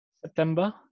September